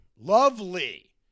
Lovely